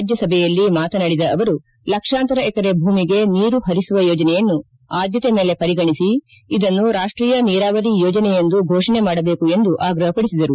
ರಾಜ್ಯ ಸಭೆಯಲ್ಲಿ ಮಾತನಾಡಿದ ಅವರು ಲಕ್ಷಾಂತರ ಎಕರೆ ಭೂಮಿಗೆ ನೀರು ಪರಿಸುವ ಯೋಜನೆಯನ್ನು ಆದ್ದತೆ ಮೇಲೆ ಪರಿಗಣಿಸಿ ಇದನ್ನು ರಾಷ್ಟೀಯ ನೀರಾವರಿ ಯೋಜನೆ ಎಂದು ಘೋಷಣೆ ಮಾಡಬೇಕು ಎಂದು ಆಗ್ರಪಪಡಿಸಿದರು